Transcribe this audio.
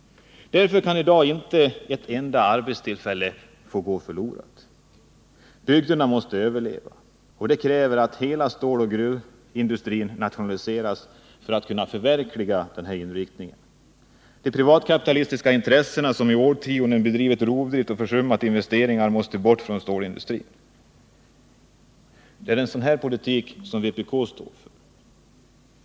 Därför får i dag inte ett enda arbetstillfälle gå förlorat. Bygderna måste överleva. Hela ståloch gruvindustrin måste nationaliseras om denna inriktning skall kunna förverkligas. De privatkapitalistiska intressen som i årtionden har bedrivit rovdrift och försummat investeringar måste bort från stålindustrin. Det är en sådan politik vpk står för.